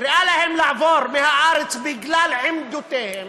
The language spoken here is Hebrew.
קריאה להם לעבור מהארץ בגלל עמדותיהם,